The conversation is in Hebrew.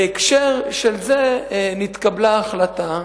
בהקשר זה נתקבלה החלטה,